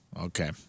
Okay